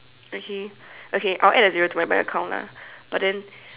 okay okay I'll add a zero to my bank account lah but then